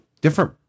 different